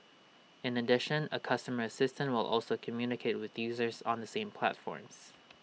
in addition A customer assistant will also communicate with users on the same platforms